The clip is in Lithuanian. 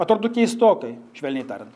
atrodo keistokai švelniai tariant